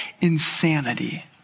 insanity